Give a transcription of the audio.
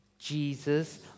Jesus